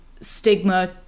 stigma